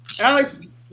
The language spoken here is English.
Alex